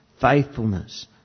faithfulness